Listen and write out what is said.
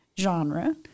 genre